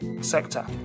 sector